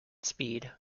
speed